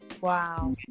Wow